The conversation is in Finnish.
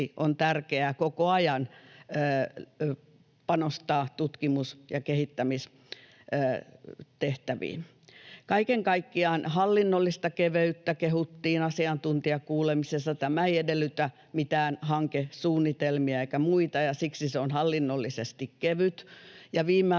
on tärkeää koko ajan panostaa tutkimus- ja kehittämistehtäviin. Kaiken kaikkiaan hallinnollista keveyttä kehuttiin asiantuntijakuulemisessa. Tämä ei edellytä mitään hankesuunnitelmia eikä muita, ja siksi se on hallinnollisesti kevyt. Ja